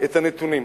את הנתונים.